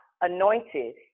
anointed